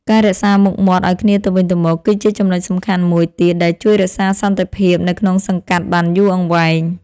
ការរក្សាមុខមាត់ឱ្យគ្នាទៅវិញទៅមក គឺជាចំណុចសំខាន់មួយទៀតដែលជួយរក្សាសន្តិភាពនៅក្នុងសង្កាត់បានយូរអង្វែង។